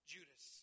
Judas